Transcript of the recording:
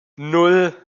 nan